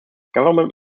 government